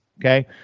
okay